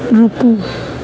رکو